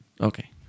okay